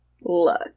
Look